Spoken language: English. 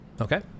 Okay